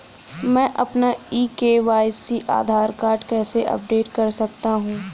मैं अपना e KYC Aadhaar card कैसे अपडेट कर सकता हूँ?